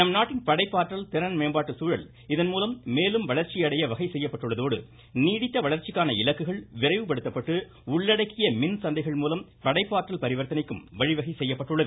நம் நாட்டின் படைப்பாற்றல் திறன் மேம்பாட்டு சூழல் இதன் மூலம் மேலும் வளர்ச்சியடைய வகை செய்யப்பட்டுள்ளதோடு நீடித்த வளர்ச்சிக்கான இலக்குகள் விரைவு படுத்தப்பட்டு உள்ளடக்கிய மின்சந்தைகள் மூலம் படைப்பாற்றல் பரிவர்த்தனைக்கும் வழி வகை செய்யப்பட்டுள்ளது